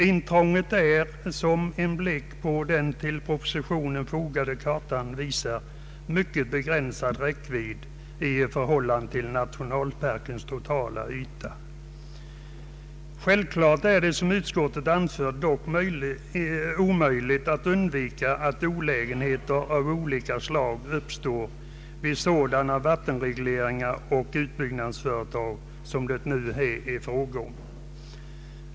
Intrånget är, som en blick på den till propositionen fogade kartan visar, av mycket begränsad räckvidd i förhållande till nationalparkens totala yta. Självklart är det, som utskottet anfört, dock omöjligt att undvika att olägenheter av olika slag uppstår vid sådana vattenregleringar och utbyggnadsföretag som det nu är fråga om.